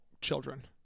children